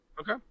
Okay